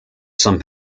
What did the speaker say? some